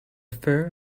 fur